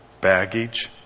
baggage